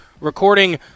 recording